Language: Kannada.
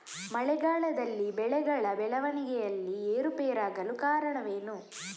ಮಳೆಗಾಲದಲ್ಲಿ ಬೆಳೆಗಳ ಬೆಳವಣಿಗೆಯಲ್ಲಿ ಏರುಪೇರಾಗಲು ಕಾರಣವೇನು?